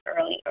early